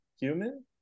Human